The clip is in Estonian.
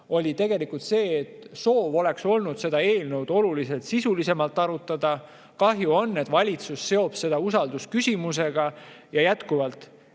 on tegelikult see, et soov oleks olnud seda eelnõu oluliselt sisulisemalt arutada. Kahju on, et valitsus sidus selle usaldusküsimusega. Ja jätkuvalt: